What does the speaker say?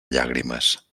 llàgrimes